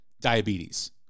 diabetes